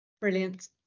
Brilliant